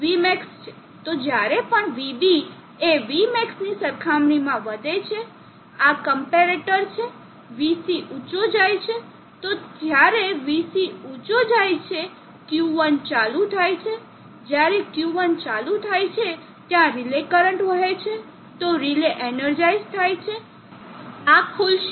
તો જ્યારે પણ vB એ vmax ની સરખામણીમાં વધે છે આ ક્મ્પેરેટર છે Vc ઊચો જાય છે તો જ્યારે Vc ઊચો જાય છે Q1 ચાલુ થાય છે જ્યારે Q1 ચાલુ થાય છે ત્યાં રિલે કરંટ વહે છે તો રિલે એનર્જાઇસ થાય છે આ ખુલશે